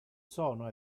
sono